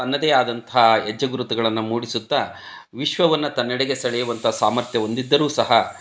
ತನ್ನದೇ ಆದಂಥ ಹೆಜ್ಜೆ ಗುರುತುಗಳನ್ನು ಮೂಡಿಸುತ್ತಾ ವಿಶ್ವವನ್ನು ತನ್ನೆಡೆಗೆ ಸೆಳೆಯುವಂಥ ಸಾಮರ್ಥ್ಯ ಹೊಂದಿದ್ದರೂ ಸಹ